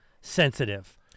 sensitive